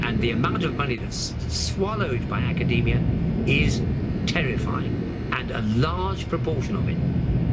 and the amount of money that's swallowed by academia is terrifying and a large proportion of it